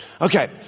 Okay